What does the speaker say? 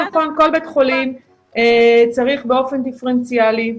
כל בית חולים צריך באופן דיפרנציאלי,